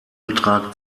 betrag